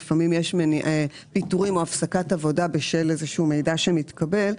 לפעמים פיטורים או הפסקת עבודה בשל איזה שהוא מידע שמתקבל.